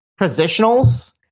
positionals